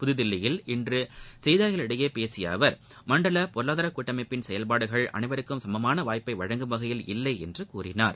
புதுதில்லியில் இன்று செய்தியாளர்களிடையே பேசிய அவர் மண்டல பொருளாதார கூட்டமைப்பின் செயல்பாடுகள் அனைவருக்கும் சமமான வாய்ப்பை வழங்கும் வகையில் இல்லை என்று கூறினார்